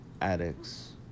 addicts